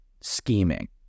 scheming